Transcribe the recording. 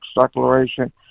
Declaration